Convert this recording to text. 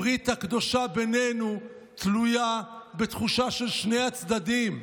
הברית הקדושה בינינו תלויה בתחושה של שני הצדדים.